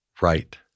Right